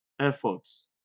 efforts